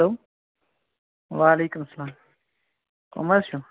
hello وعلیکُم اسلام کم حظ چھِو